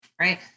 right